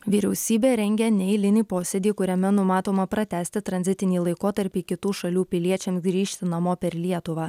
vyriausybė rengia neeilinį posėdį kuriame numatoma pratęsti tranzitinį laikotarpį kitų šalių piliečiams grįžti namo per lietuvą